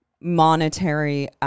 monetary